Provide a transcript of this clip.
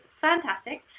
fantastic